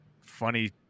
funny